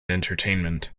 entertainment